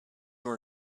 were